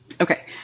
Okay